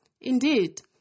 Indeed